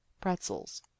pretzels